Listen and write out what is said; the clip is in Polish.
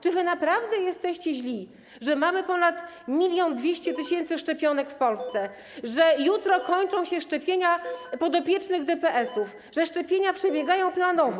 Czy wy naprawdę jesteście źli, że mamy ponad 1200 tys. szczepionek w Polsce, że jutro kończą się szczepienia podopiecznych DPS-ów, że szczepienia przebiegają planowo?